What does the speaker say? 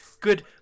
good